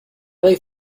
like